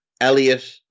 Elliot